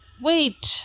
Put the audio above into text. Wait